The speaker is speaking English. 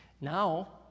Now